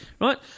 Right